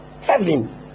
Heaven